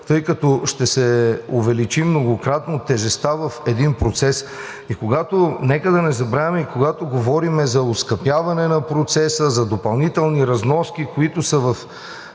тъй като ще се увеличи многократно тежестта в един процес. Нека да не забравяме, че когато говорим за оскъпяване на процеса, за допълнителни разноски, които са в